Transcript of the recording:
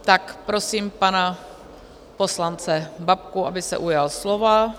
Tak prosím pana poslance Babku, aby se ujal slova.